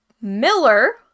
miller